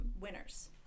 winners